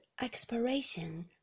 expiration